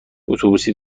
اتوبوسی